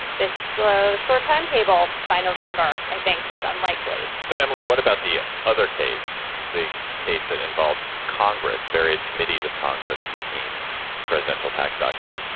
that's a so short timetable by november. i think it's unlikely so, emily, what about the other case, the case that involves congress, various committees of congress seeking presidential tax documents